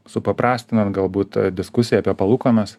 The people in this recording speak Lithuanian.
supaprastinan galbūt diskusiją apie palūkanas